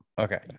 Okay